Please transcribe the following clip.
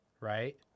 right